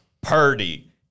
Purdy